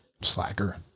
Slacker